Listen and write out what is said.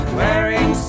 wearing